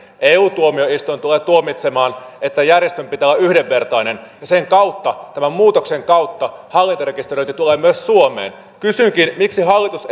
eu tuomioistuin tulee tuomitsemaan että järjestelmän pitää olla yhdenvertainen ja tämän muutoksen kautta hallintarekisteröinti tulee myös suomeen kysynkin miksi hallitus